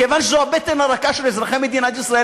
כיוון שזו הבטן הרכה של אזרחי מדינת ישראל